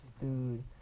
Dude